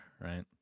right